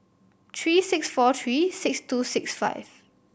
three six four three six two six five